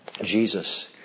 Jesus